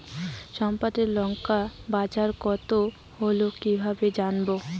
সপ্তাহে লংকার গড় বাজার কতো হলো কীকরে জানবো?